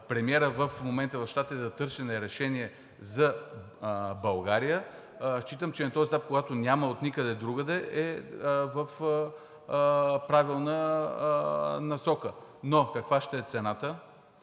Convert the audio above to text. премиера в момента в Щатите в търсене на решение за България считам, че на този етап, когато няма отникъде другаде, е в правилна насока, но каква ще е цената,